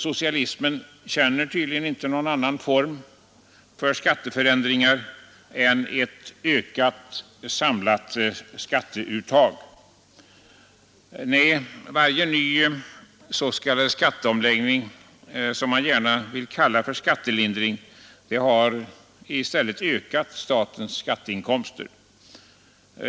Socialismen känner tydligen inte någon annan form för skatteförändring än ett ökat samlat skattetryck. Nej, varje ny s.k. skatteomläggning som man gärna vill kalla skattelindring — har ökat statens skatteinkomster.